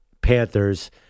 Panthers